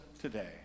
today